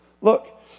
Look